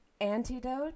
antidote